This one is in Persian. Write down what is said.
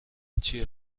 چیه